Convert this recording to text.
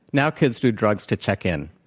now kids do drugs to check in.